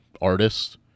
artists